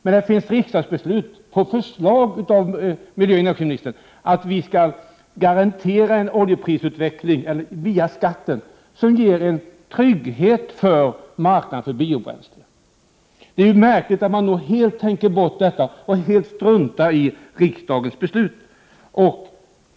Men det finns riksdagsbeslut, på förslag av miljöoch energiministern, att vi skall garantera en oljeprisutveckling via skatten som ger trygghet för en marknad för biobränslen. Det är märkligt att man helt tänker bort detta och helt struntar i riksdagens beslut.